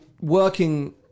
working